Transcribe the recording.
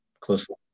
closely